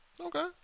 okay